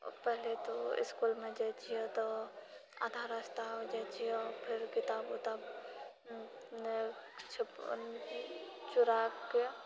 ओ पहले तऽ इस्कूलमे जाइत छियै तऽ आधा रास्ता जाइत छियै फिर किताब उताब नहि छुपा चुराके